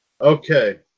Okay